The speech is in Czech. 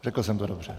Řekl jsem to dobře?